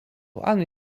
ani